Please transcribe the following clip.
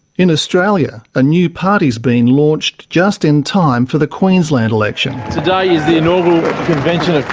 in australia, a new party's been launched just in time for the queensland election. today is the inaugural convention